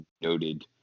noted